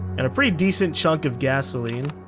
and a pretty decent chunk of gasoline.